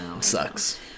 sucks